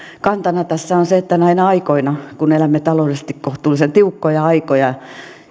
kantana tässä on se että kun näinä aikoina elämme taloudellisesti kohtuullisen tiukkoja aikoja